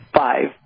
five